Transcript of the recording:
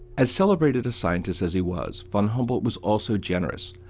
as celebrated a scientist as he was, von humboldt was also generous,